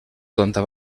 planta